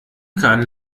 kann